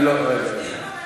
רגע.